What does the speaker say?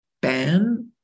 ban